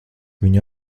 viņu